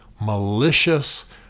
malicious